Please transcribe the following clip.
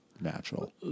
Natural